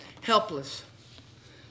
Helpless